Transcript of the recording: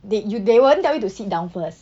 they you they won't tell you to sit down first